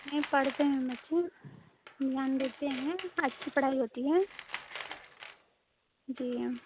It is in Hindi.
नहीं पढ़ते हैं बच्चे ध्यान देते हैं अच्छी पढ़ाई होती है जी